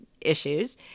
issues